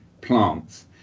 plants